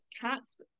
cats